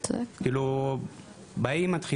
באים, מתחילים,